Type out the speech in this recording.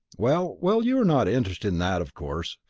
well, well, you are not interested in that, of course.